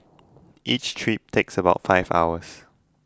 each trip takes about five hours